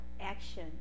action